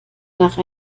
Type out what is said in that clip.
nach